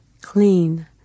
clean